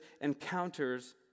encounters